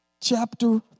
chapter